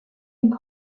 une